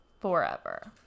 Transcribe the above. forever